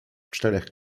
czterech